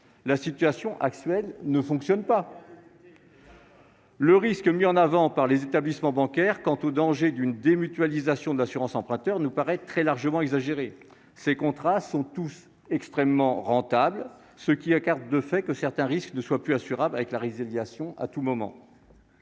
La situation actuelle ne fonctionne donc pas ! Le risque mis en avant par les établissements bancaires quant au danger d'une démutualisation de l'assurance emprunteur nous paraît très largement exagéré : ces contrats sont tous extrêmement rentables, ce qui écarte de fait l'hypothèse que certains risques ne soient plus assurables avec la résiliation à tout moment.